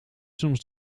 soms